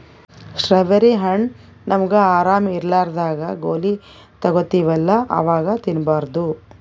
strawberry ಹಣ್ಣ್ ನಮ್ಗ್ ಆರಾಮ್ ಇರ್ಲಾರ್ದಾಗ್ ಗೋಲಿ ತಗೋತಿವಲ್ಲಾ ಅವಾಗ್ ತಿನ್ಬಾರ್ದು